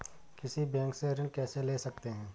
किसी बैंक से ऋण कैसे ले सकते हैं?